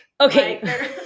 Okay